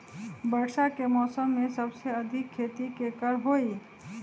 वर्षा के मौसम में सबसे अधिक खेती केकर होई?